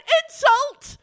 insult